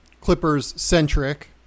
Clippers-centric